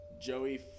Joey